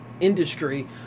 industry